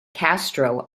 castro